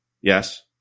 Yes